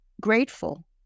grateful